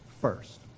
first